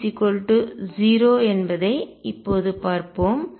எனவே Hp pH0 என்பதை இப்போது பார்ப்போம்